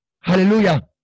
Hallelujah